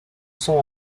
son